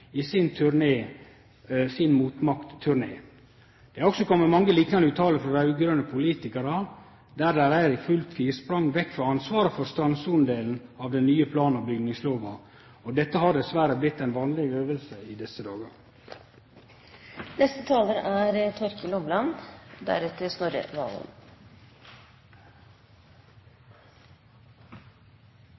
i sin motmaktturné. Det har også kome mange liknande utsegner frå raud-grøne politikarar der dei er i fullt firsprang vekk frå ansvaret for strandsonedelen av den nye plan- og bygningslova, og dette har dessverre blitt ei vanleg øving i desse